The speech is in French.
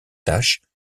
tâches